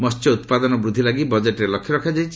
ମସ୍ୟ ଉତ୍ପାଦନ ବୃଦ୍ଧି ଲାଗି ବଜେଟ୍ରେ ଲକ୍ଷ୍ୟ ରଖାଯାଇଛି